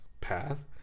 path